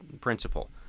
principle